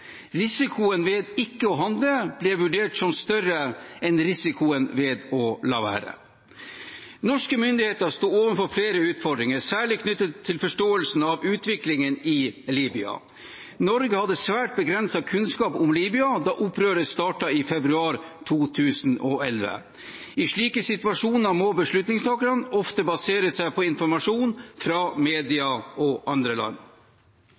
Risikoen ved ikke å handle ble vurdert som større enn risikoen ved å la være. Norske myndigheter sto overfor flere utfordringer, særlig knyttet til forståelsen av utviklingen i Libya. Norge hadde svært begrenset kunnskap om Libya da opprøret startet i februar 2011. I slike situasjoner må beslutningstakerne ofte basere seg på informasjon fra media og andre land.